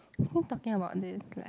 who talking about this like